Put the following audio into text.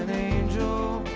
angel,